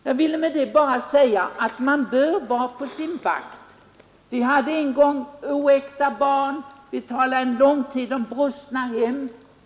Jag vill med detta bara säga att man bör vara på sin vakt. Det fanns en gång oäkta barn, och vi talade en lång tid om brustna hem.